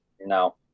No